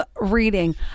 reading